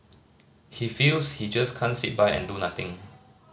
he feels he just can't sit by and do nothing